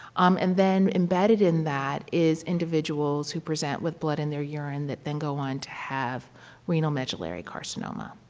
um and then embedded in that is individuals who present with blood in their urine that then go on to have renal medullary carcinoma.